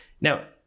Now